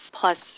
plus